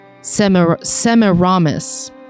Semiramis